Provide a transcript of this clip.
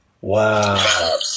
Wow